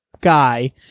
guy